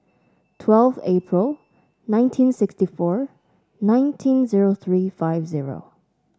twelfth April nineteen sixty four nineteen zero three five zero